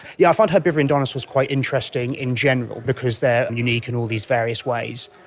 yeah find herbivorous dinosaurs quite interesting in general because they are unique in all these various ways.